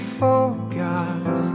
forgot